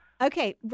Okay